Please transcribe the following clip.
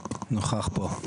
נוכח פה.